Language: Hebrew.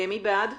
מי בעד?